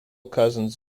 cousins